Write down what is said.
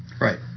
Right